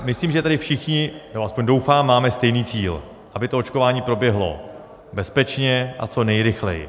Myslím, že tady všichni, aspoň doufám, máme stejný cíl: aby očkování proběhlo bezpečně a co nejrychleji.